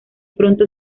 pronto